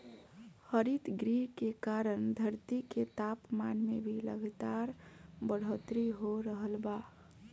हरितगृह के कारण धरती के तापमान में लगातार बढ़ोतरी हो रहल बा